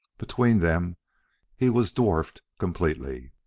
between them he was dwarfed completely.